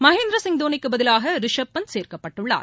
மகேந்திரசிங் தோனிக்கு பதிலாக ரிஷப் பந்த் சேர்க்கப்பட்டுள்ளார்